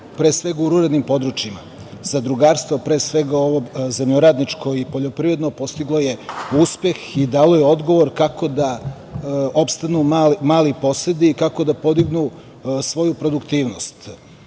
pre svega u ruralnim područjima, zadrugarstva pre svega ovo zemljoradničko i poljoprivredno, postiglo je uspeh i dalo je odgovor kako da opstanu mali posedi, kako da podignu svoju produktivnost. Vlada